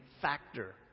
factor